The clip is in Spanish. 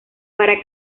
para